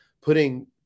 putting